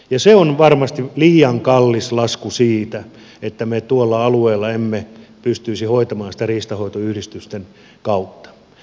se on varmasti liian kallis lasku siitä että me tuolla alueella emme pystyisi hoitamaan sitä riistanhoitoyhdistysten kautta